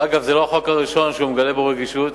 אגב, זה לא החוק הראשון שהוא מגלה בו רגישות.